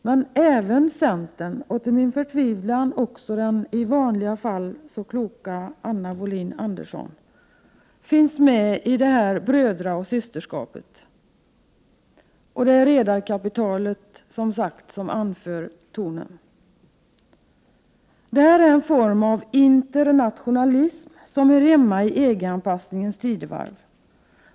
Men även centern och, till min förtvivlan, den i vanliga fall så kloka Anna Wohlin-Andersson finns med i detta brödraoch systerskap. Det är som sagt redarkapitalet som anslår tonen. Det här är en form av ”internationalism” som hör hemma i EG anpassningens tidevarv.